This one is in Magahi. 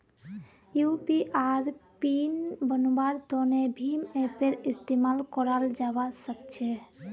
यू.पी.आई पिन बन्वार तने भीम ऐपेर इस्तेमाल कराल जावा सक्छे